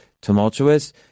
tumultuous